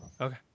Okay